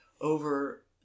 over